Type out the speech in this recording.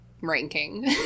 ranking